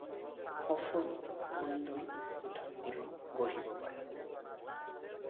সফল সুন্দৰ সুঠাম জীৱন গঢ়িব পাৰে